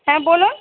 হ্যাঁ বলুন